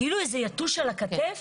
כאילו איזה יתוש על הכתף?